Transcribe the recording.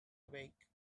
awake